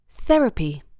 Therapy